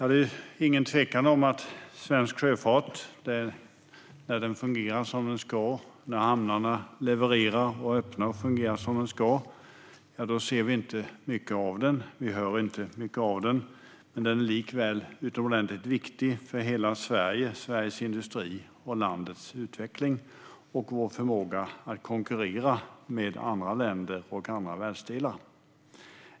Det är ingen tvekan om att när svensk sjöfart fungerar som den ska - när hamnarna levererar, är öppna och fungerar som de ska - ser och hör vi inte mycket av den, men den är likväl utomordentligt viktig för hela Sverige, landets industri, utveckling och förmåga att konkurrera med andra länder och världsdelar.